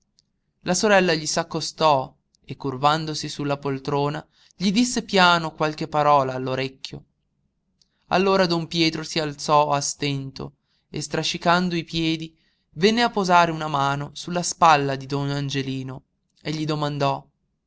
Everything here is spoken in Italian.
la sorella gli s'accostò e curvandosi sulla poltrona gli disse piano qualche parola all'orecchio allora don pietro si alzò a stento e strascicando i piedi venne a posare una mano sulla spalla di don angelino e gli domandò